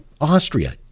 Austria